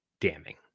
damning